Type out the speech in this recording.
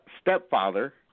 stepfather